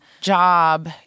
job